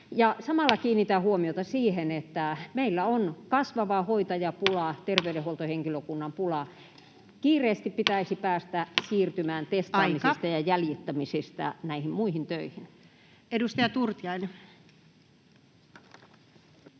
Samalla kiinnitän huomiota siihen, että meillä on kasvava hoitajapula, terveydenhuoltohenkilökunnan pula. Kiireesti pitäisi päästä siirtymään testaamisista ja jäljittämisistä [Puhemies: Aika!] näihin muihin